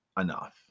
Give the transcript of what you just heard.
enough